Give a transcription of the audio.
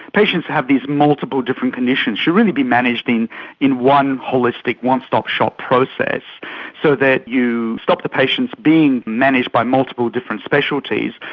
patients that have these multiple different condition should really be managed in in one holistic, one-stop-shop process so that you stop the patients being managed by multiple different specialties,